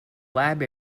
lab